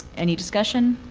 any discussion?